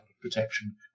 protection